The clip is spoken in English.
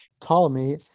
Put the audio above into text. Ptolemy